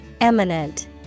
eminent